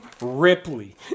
Ripley